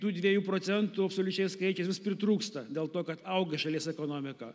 tų dviejų procentų absoliučiais skaičiais vis pritrūksta dėl to kad auga šalies ekonomika